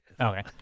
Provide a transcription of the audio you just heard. okay